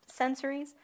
sensories